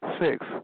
Six